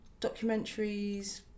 documentaries